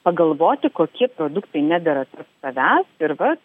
pagalvoti kokie produktai nedera tarp savęs ir vat